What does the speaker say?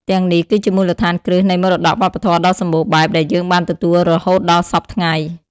ទាំងនេះគឺជាមូលដ្ឋានគ្រឹះនៃមរតកវប្បធម៌ដ៏សម្បូរបែបដែលយើងបានទទួលរហូតដល់សព្វថ្ងៃ។